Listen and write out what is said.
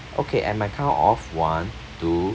okay at my count of one two